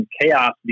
chaos